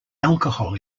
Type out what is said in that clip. alcohol